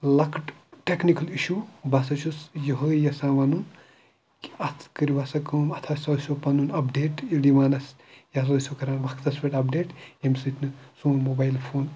لۄکٕٹ technical issue بہٕ ہَسا چھُس یِہوٚے یَژھان وَنُن کہِ اَتھ کٔرِو ہَسا کٲم اَتھ ہَسا ٲسِو پَنُن اَپڈیٹ ییٚلہِ یِوان آسہِ یہِ ہَسا ٲسِو کَران وقتَس پٮ۪ٹھ اَپڈیٹ ییٚمہِ سۭتۍ نہٕ سون موبایِل فون